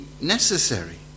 necessary